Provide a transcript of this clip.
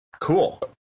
Cool